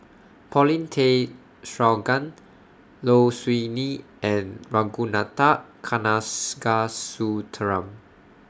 Paulin Tay Straughan Low Siew Nghee and Ragunathar Kanagasuntheram